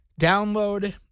download